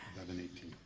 eleven eighteen.